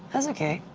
that's okay.